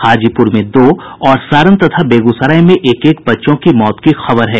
हाजीपुर में दो और सारण तथा बेगूसराय में एक एक बच्चों की मौत की खबर है